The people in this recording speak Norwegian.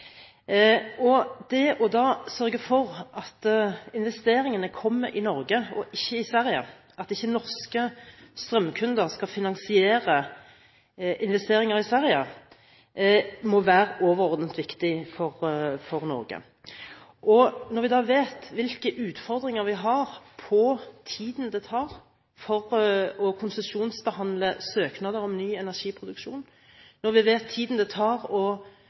fornybar produksjon. Det da å sørge for at investeringene kommer i Norge og ikke i Sverige, at ikke norske strømkunder skal finansiere investeringer i Sverige, må da være overordnet viktig for Norge. Når vi vet hvilke utfordringer vi har med tanke på tiden det tar å konsesjonsbehandle søknader om ny energiproduksjon, når vi vet tiden det tar